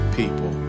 people